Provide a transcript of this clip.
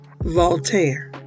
Voltaire